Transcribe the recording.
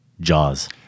Jaws